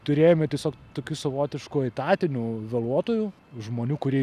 turėjome tiesiog tokių savotiškų etatinių vėluotojų žmonių kurie